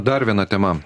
dar viena tema